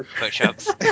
Push-ups